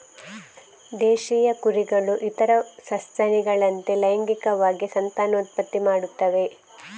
ದೇಶೀಯ ಕುರಿಗಳು ಇತರ ಸಸ್ತನಿಗಳಂತೆ ಲೈಂಗಿಕವಾಗಿ ಸಂತಾನೋತ್ಪತ್ತಿ ಮಾಡುತ್ತವೆ